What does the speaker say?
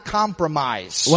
compromise